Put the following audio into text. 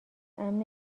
امن